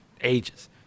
ages